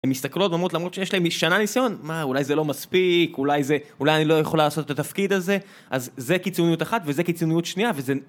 הן מסתכלות ואומרות למרות שיש להן שנה ניסיון, מה אולי זה לא מספיק, אולי זה אולי אני לא יכולה לעשות את התפקיד הזה, אז זה קיצוניות אחת וזה קיצוניות שנייה